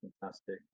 fantastic